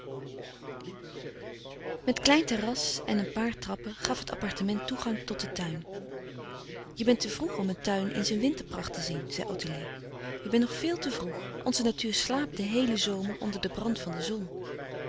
met klein terras en een paar trappen gaf het appartement toegang tot den tuin je bent te vroeg om mijn tuin in zijn winterpracht te zien zei ottilie je bent nog veel te vroeg onze natuur slaapt den heelen zomer onder den brand van de zon